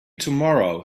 tomorrow